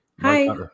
Hi